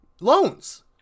loans